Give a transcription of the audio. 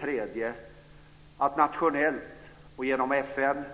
Sverige måste, nationellt och genom EU, FN